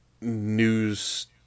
news